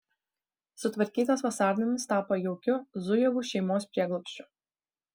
sutvarkytas vasarnamis tapo jaukiu zujevų šeimos prieglobsčiu